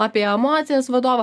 apie emocijas vadovo